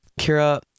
kira